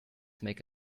make